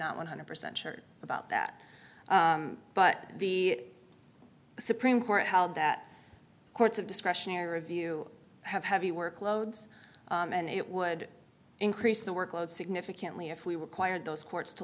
not one hundred percent sure about that but the supreme court held that courts of discretionary review have heavy workloads and it would increase the workload significantly if we were quired those courts to